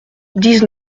dix